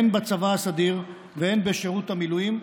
הן בצבא הסדיר והן בשירות המילואים,